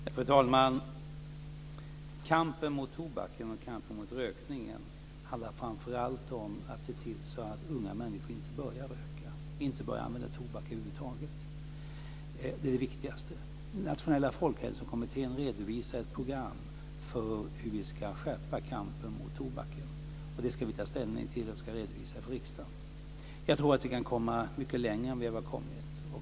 Fru talman! Kampen mot tobaken och kampen mot rökningen handlar framför allt om att se till att unga människor inte börjar röka och inte börjar använda tobak över huvud taget. Det är det viktigaste. Den nationella folkhälsokommittén redovisar ett program för hur vi ska skärpa kampen mot tobaken, och det ska vi ta ställning till, och vi ska redovisa det för riksdagen. Jag tror att vi kan komma mycket längre än vad vi har kommit.